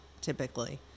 typically